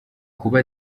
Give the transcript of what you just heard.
kuba